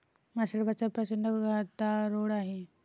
मासळी बाजारात प्रचंड गदारोळ आहे